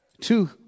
two